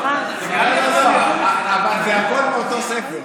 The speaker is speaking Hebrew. אבל זה הכול מאותו ספר.